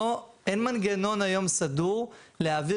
אין אפשרות לעשות להם ביטוח,